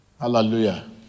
Hallelujah